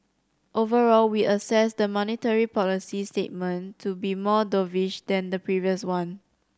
overall we assess the monetary policy statement to be more dovish than the previous one